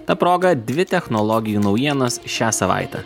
ta proga dvi technologijų naujienos šią savaitę